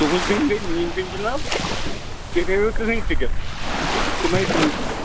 تُہنٛز بیٚنہِ گٔے میٛٲنۍ بیٚنہِ جِناب تُہۍ بٔرِو نہٕ کٕہۭنۍ فِکِر تُہۍ مہ کٕہۭنۍ فِکِر